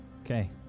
Okay